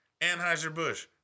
Anheuser-Busch